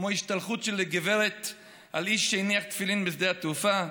כמו השתלחות של גברת על איש שהניח תפילין בשדה התעופה,